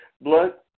Blood